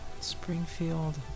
Springfield